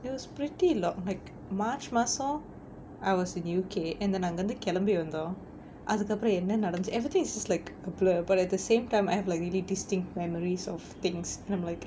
it was pretty long like march மாசம்:maasam I was in U_K and then அங்க இருந்து கெளம்பி வந்தோம் அதுக்கு அப்புறம் என்ன நடந்துச்சி:anga irunthu kelambi vanthom athukku appuram enna nadanthuchi everything is like a blur but at the same time I have like really distinct memories of things and I'm like